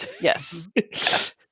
Yes